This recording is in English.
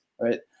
right